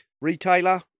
Retailer